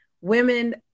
women